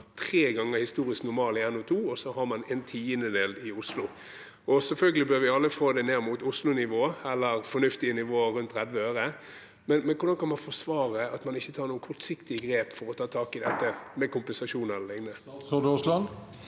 tre ganger historisk normal i NO2, og så har man en tiendedel i Oslo. Selvfølgelig bør vi alle få det ned mot Oslo-nivået, eller mot et fornuftig nivå, rundt 30 øre. Men hvordan kan man forsvare at man ikke tar noen kortsiktige grep for å ta tak i dette, med kompensasjon e.l.?